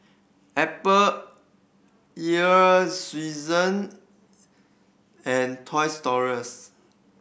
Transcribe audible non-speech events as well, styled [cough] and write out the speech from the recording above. Apple Earl's Swensen and Toys [unintelligible] Us